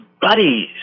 buddies